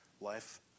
life